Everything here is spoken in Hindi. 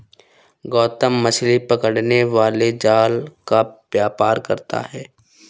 गौतम मछली पकड़ने वाले जाल का व्यापार करता है